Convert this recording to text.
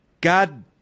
god